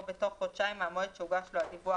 בתוך חודשיים מהמועד שהוגש לו הדיווח,